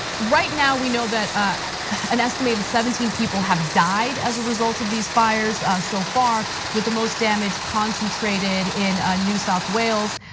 right now we know that ah an estimated seventeen people have died as a result of these fires, fires, so far with the most damage concentrated in new south wales.